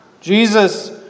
Jesus